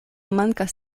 mankas